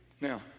Now